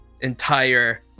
entire